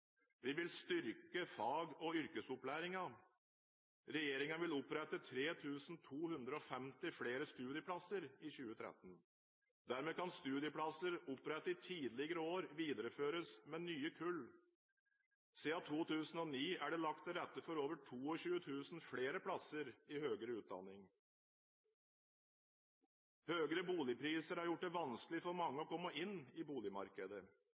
Vi vil styrke fag- og yrkesopplæringen. Regjeringen vil opprette 3 250 flere studieplasser i 2013. Dermed kan studieplasser opprettet i tidligere år videreføres med nye kull. Siden 2009 er det lagt til rette for over 22 000 flere plasser i høyere utdanning. Høye boligpriser har gjort det vanskelig for mange å komme inn i boligmarkedet.